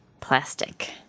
plastic